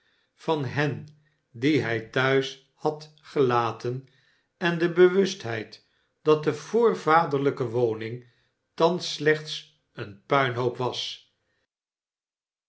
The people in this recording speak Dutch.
van hen die hij thuis had gelaten en de bewustheid dat de voorvaderlijke woning thans slechts een puinhoop was